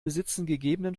besitzen